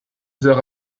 heures